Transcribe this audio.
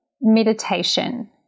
meditation